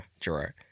gerard